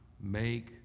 Make